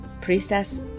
Priestess